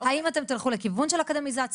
האם אתם תלכו לכיוון של אקדמיזציה?